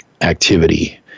activity